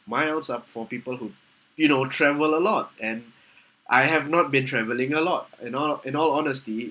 miles are for people who you know travel a lot and I have not been travelling a lot in all in all honesty